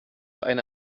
eine